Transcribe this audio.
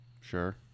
Sure